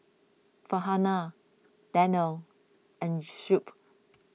Farhanah Danial and Shuib